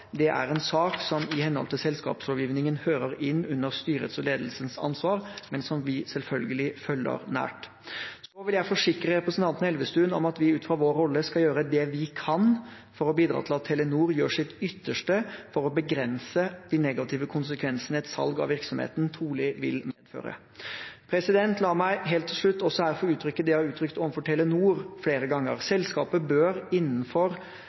Det er en sak som i henhold til selskapslovgivningen hører inn under styrets og ledelsens ansvar, men som vi selvfølgelig følger nært. Så vil jeg forsikre representanten Elvestuen om at vi ut fra vår rolle skal gjøre det vi kan for å bidra til at Telenor gjør sitt ytterste for å begrense de negative konsekvensene et salg av virksomheten trolig vil medføre. La meg helt til slutt også her få uttrykke det jeg har uttrykt overfor Telenor flere ganger: Selskapet bør, naturligvis innenfor